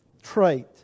trait